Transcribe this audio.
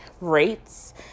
rates